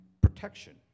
protection